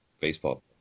baseball